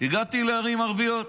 הגעתי לערים ערביות.